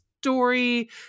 story